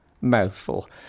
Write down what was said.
mouthful